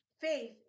Faith